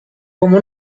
como